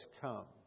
come